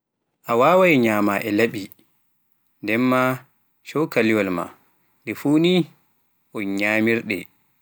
a waawai nyamma e laɓi ndem ma sholaliwaal ma ɗi fuu ni un nyamirɗe.